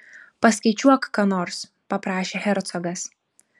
paskaičiuok ką nors paprašė hercogas